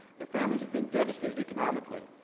the families have been devastated economically.